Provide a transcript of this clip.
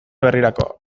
berrirako